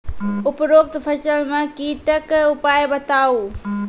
उपरोक्त फसल मे कीटक उपाय बताऊ?